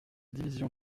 division